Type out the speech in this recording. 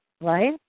Right